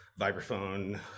vibraphone